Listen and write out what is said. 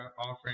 offering